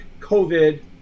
COVID